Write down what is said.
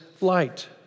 light